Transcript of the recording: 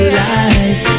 life